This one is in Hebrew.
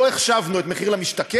לא החשבנו את "מחיר למשתכן",